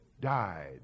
died